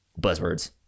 buzzwords